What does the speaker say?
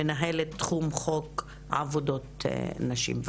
מנהלת תחום חוק עבודות נשים במשרד הכלכלה,